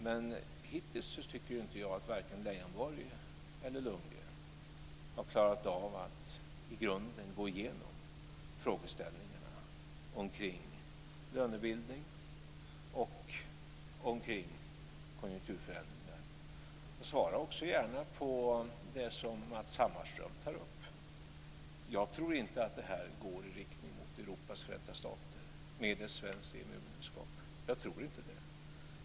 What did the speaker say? Men hittills tycker inte jag att vare sig Lars Leijonborg eller Bo Lundgren har klarat av att i grunden gå igenom frågeställningarna omkring lönebildning och konjunkturförändringar. Svara också gärna på det som Matz Hammarström tog upp. Jag tror inte att ett svenskt EMU-medlemskap går i riktning mot Europas förenta stater. Jag tror inte det.